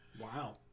Wow